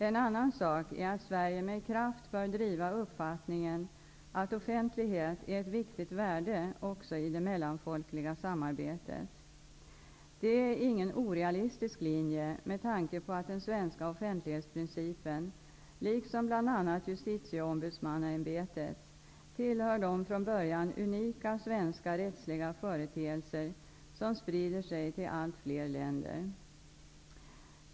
En annan sak är att Sverige med kraft bör driva uppfattningen att offentlighet är ett viktigt värde också i det mellanfolkliga samarbetet. Detta är ingen orealistisk linje med tanke på att den svenska offentlighetsprincipen -- liksom bl.a. justitieombudsmannaämbetet -- tillhör de från början unika svenska rättsliga företeelser som sprider sig till att fler länder.